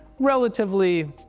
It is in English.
relatively